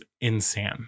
insane